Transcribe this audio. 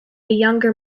younger